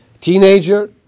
teenager